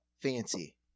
fancy